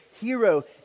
hero